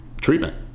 treatment